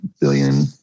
billion